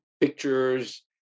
pictures